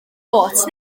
gôt